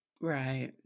right